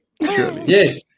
Yes